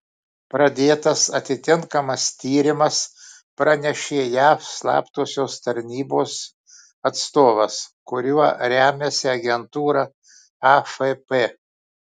pradėtas atitinkamas tyrimas pranešė jav slaptosios tarnybos atstovas kuriuo remiasi agentūra afp